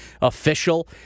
official